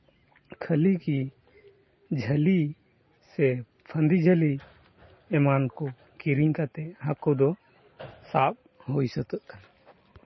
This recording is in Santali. ᱠᱷᱟᱹᱞᱤ ᱜᱮ ᱡᱷᱟᱹᱞᱤ ᱥᱮ ᱯᱷᱟᱹᱫᱤ ᱡᱷᱟᱹᱞᱤ ᱮᱢᱟᱱ ᱠᱚ ᱠᱤᱨᱤᱧ ᱠᱟᱛᱮ ᱦᱟᱹᱠᱩ ᱫᱚ ᱥᱟᱵ ᱦᱩᱭ ᱥᱟᱹᱛᱟᱹᱜ ᱠᱟᱱᱟ